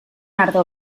ardo